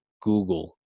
Google